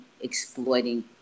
exploiting